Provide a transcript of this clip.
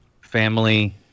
family